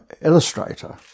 illustrator